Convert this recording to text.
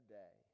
day